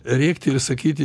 rėkti ir sakyti